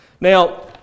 Now